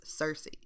Cersei